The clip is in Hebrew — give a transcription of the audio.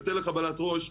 יוצא לחבלת ראש,